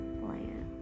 plan